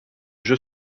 jeu